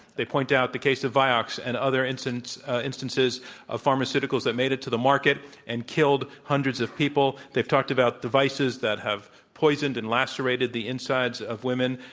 they point out the case of vioxx and other instance instances of pharmaceuticals that made it to the market and killed hundreds of people. they've talked about devices that have poisoned and lacerated the insides of women.